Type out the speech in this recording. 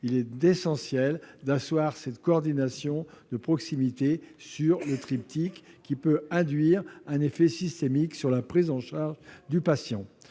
Il est essentiel d'asseoir cette coordination de proximité sur un triptyque qui peut induire un effet systémique sur la prise en charge du patient.